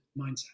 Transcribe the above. mindset